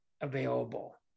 available